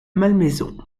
malmaison